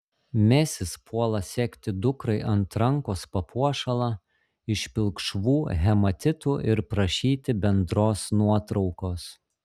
mesis puola segti dukrai ant rankos papuošalą iš pilkšvų hematitų ir prašyti bendros nuotraukos